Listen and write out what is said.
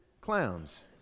clowns